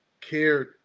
cared